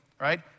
Right